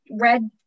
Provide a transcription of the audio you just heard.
red